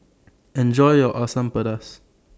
Enjoy your Asam Pedas